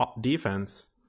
defense